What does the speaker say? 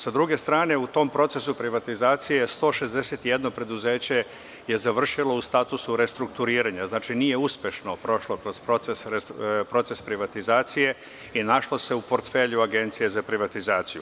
Sa druge strane, u tom procesu privatizacije 161 preduzeće je završilo u statusu restrukturiranja, znači, nije uspešno prošlo kroz proces privatizacije i našlo se u portfelju Agencije za privatizaciju.